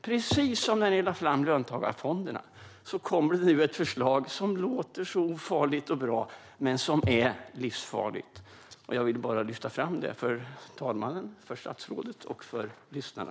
Precis som när ni lade fram löntagarfonderna kommer nu ett förslag som låter ofarligt och bra men som är livsfarligt. Jag ville bara lyfta fram detta för fru talmannen, statsrådet och lyssnarna.